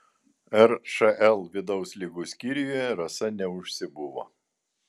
ršl vidaus ligų skyriuje rasa neužsibuvo